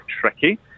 tricky